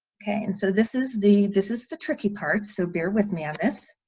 okay and so this is the this is the tricky part so bear with me on it